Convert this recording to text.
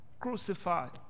crucified